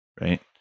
right